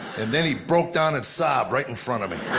and then he broke down and sobbed right in front of me.